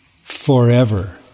forever